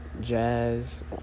jazz